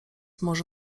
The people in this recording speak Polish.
może